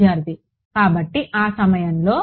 విద్యార్థి కాబట్టి ఏ సమయంలో